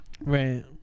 right